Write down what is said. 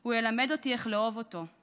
// הוא ילמד אותי איך לאהוב אותו /